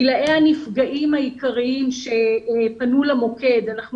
גילי הנפגעים העיקריים שפנו למוקד אנחנו